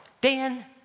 Dan